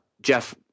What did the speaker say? Jeff